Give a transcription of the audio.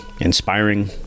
inspiring